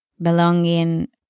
belonging